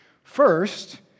First